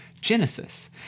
Genesis